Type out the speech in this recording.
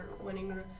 winning